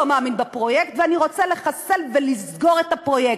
מאמין בפרויקט ואני רוצה לחסל ולסגור את הפרויקט.